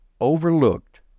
overlooked